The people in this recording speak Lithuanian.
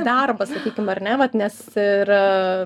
darbą sakykim ar ne vat nes ir